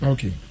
Okay